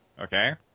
okay